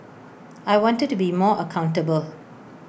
I wanted to be more accountable